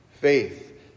Faith